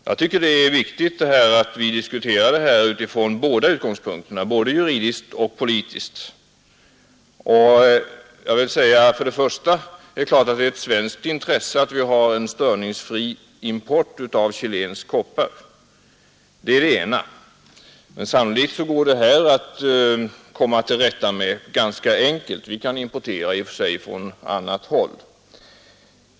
Jag tycker det är viktigt att vi diskuterar denna fråga från både den juridiska och den politiska utgångspunkten. ; Det är ett svenskt intresse att vi har en störningsfri import av koppar — det är det ena. Sannolikt går det att ordna ganska enkelt; vi kan importera från annat håll, om importen från Chile hindras.